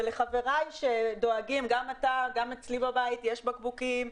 ולחבריי שדואגים גם אצלי בבית יש בקבוקים,